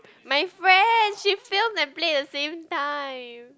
my friend she film and play the same time